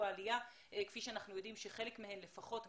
העלייה וכפי שאנחנו יודעים חלק מהתוכניות